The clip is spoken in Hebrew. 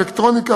אלקטרוניקה,